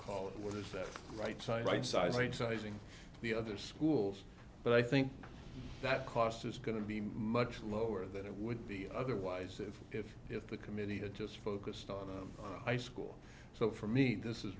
call it what is that right side right size right sizing the other schools but i think that cost is going to be much lower than it would be otherwise if if if the committee had just focused on the high school so for me this is